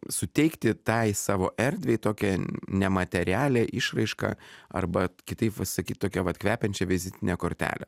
suteikti tai savo erdvei tokia nematerialią išraišką arba kitaip pasakyti tokią vat kvepiančią vizitinę kortelę